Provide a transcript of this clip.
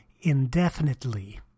indefinitely